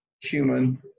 human